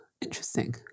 interesting